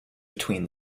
between